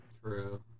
True